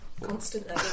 constantly